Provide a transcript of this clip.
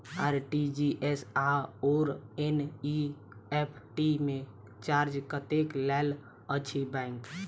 RTGS आओर NEFT मे charge कतेक लैत अछि बैंक?